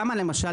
למשל,